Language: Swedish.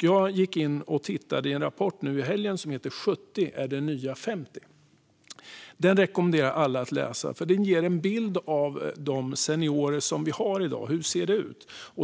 Jag gick nu i helgen in och tittade i en rapport som heter 70 är det nya 50 . Den rekommenderar jag alla att läsa. Den ger en bild av de seniorer som vi har i dag. Hur ser det ut?